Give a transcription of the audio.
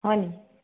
হয়নি